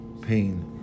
pain